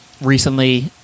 Recently